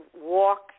walk